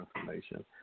information